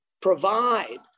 provide